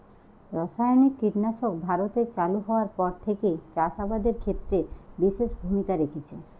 রাসায়নিক কীটনাশক ভারতে চালু হওয়ার পর থেকেই চাষ আবাদের ক্ষেত্রে বিশেষ ভূমিকা রেখেছে